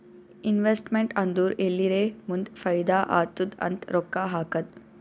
investment ಅಂದುರ್ ಎಲ್ಲಿರೇ ಮುಂದ್ ಫೈದಾ ಆತ್ತುದ್ ಅಂತ್ ರೊಕ್ಕಾ ಹಾಕದ್